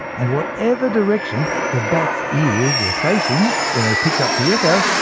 and whatever direction the bat's ears were facing when they picked up the echo,